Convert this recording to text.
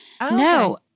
No